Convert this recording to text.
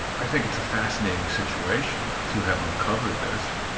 i think it's a fascinating situation to have uncovered this.